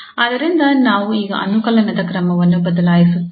ಆದ್ದರಿಂದ ನಾವು ಈಗ ಅನುಕಲನದ ಕ್ರಮವನ್ನು ಬದಲಾಯಿಸುತ್ತೇವೆ